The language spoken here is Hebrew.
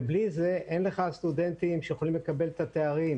ובלי זה אין לך סטודנטים שיכולים לקבל את התארים,